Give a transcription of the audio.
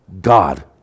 God